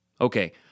Okay